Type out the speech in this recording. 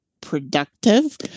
productive